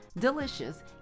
delicious